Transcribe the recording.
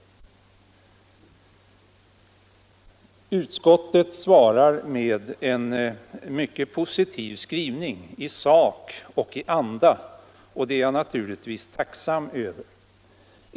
Utskottet svarar på motionen med en mycket positiv skrivning i sak och i anda. Det är jag naturligtvis tacksam över.